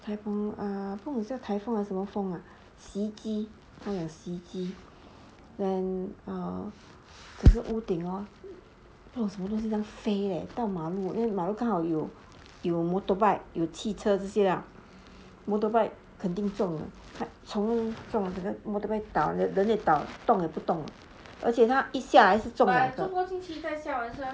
台风不懂叫台风还是什么啊洗衣机他讲洗衣机 then err 还有屋顶 lor 到马路那个马路有 motorbike 有汽车这些 lah motorbike 肯定中从中这个 motorbike 倒人也倒动也不动而且他一下来中